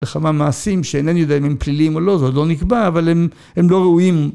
לכמה מעשים שאינני יודע אם הם פליליים או לא, זה עוד לא נקבע, אבל הם לא ראויים